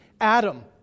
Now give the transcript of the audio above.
Adam